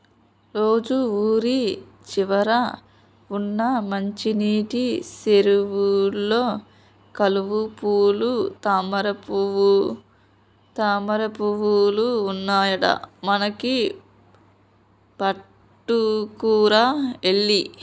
రాజు ఊరి చివర వున్న మంచినీటి సెరువులో కలువపూలు తామరపువులు ఉన్నాయట మనకి పట్టుకురా ఎల్లి